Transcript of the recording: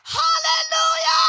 hallelujah